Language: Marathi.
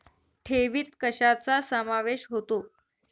ठेवीत कशाचा समावेश होतो?